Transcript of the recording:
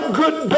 good